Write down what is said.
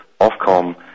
Ofcom